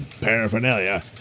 paraphernalia